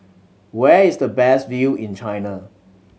where is the best view in China